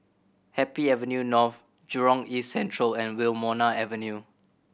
Happy Avenue North Jurong East Central and Wilmonar Avenue